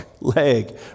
leg